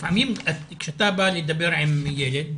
לפעמים כשאתה בא לדבר עם ילד,